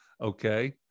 okay